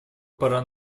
пора